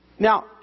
Now